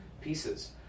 pieces